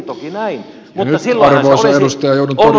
mutta silloinhan se olisi ollut